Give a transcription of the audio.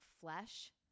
flesh